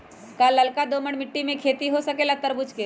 का लालका दोमर मिट्टी में खेती हो सकेला तरबूज के?